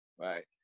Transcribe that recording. right